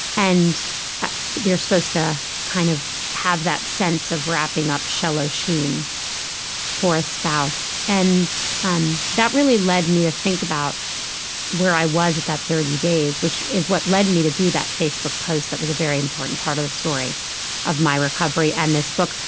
and they're supposed to kind of have that sense of wrapping up shloshim for a spouse. and um that really led me to think about where i was at that thirty days which is what led me to do that facebook post that was a very important part of the story of my recovery and this book.